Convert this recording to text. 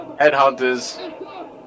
Headhunters